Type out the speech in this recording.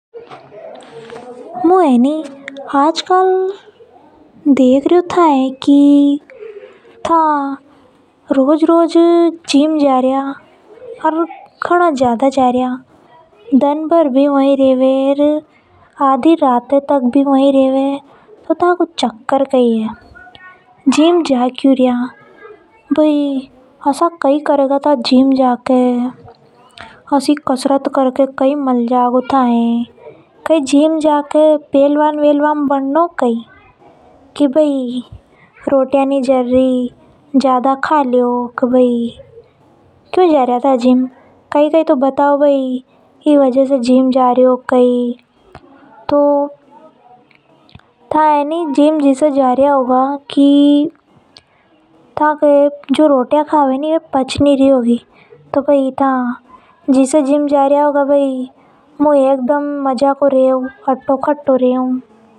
मु ए नि आजकल देख रियो थाए की था आज काल रोज रोज जिम जा रिया। ओर घणा ज्यादा जा रिया दन बर भी वही रेवे ओर आधी राते बी वही रेवे। तो ताकों च कर कई हैं था जिम जा क्यों रिया ऐसी जिम जाके कई करेगा अत्री कसरत करके थाए कई मल जावे गो। कई जिम जाके थाए पहलवान बन्नो कई। या फेर थके रोटियां नि जर रि क्यों जा रिया था जिम। कई कई तो कारण होगा मैं भी तो बता दो। में तो असो लग रियो था जिम जिसे जा रिया होगा कि था के रोटियां नि जर रि होगी।